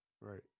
Right